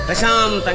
but some